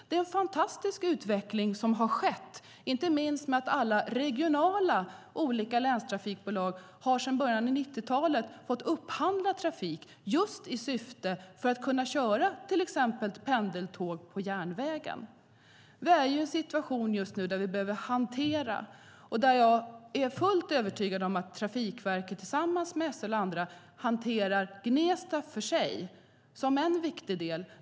Det är en fantastisk utveckling som har skett, inte minst genom att alla regionala länstrafikbolag sedan början av 90-talet har fått upphandla trafik i syfte att kunna köra till exempel pendeltåg på järnvägen. Vi måste kunna hantera situationen, och jag är fullt övertygad om att Trafikverket tillsammans med SL och andra hanterar Gnesta för sig som en viktig del.